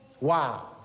Wow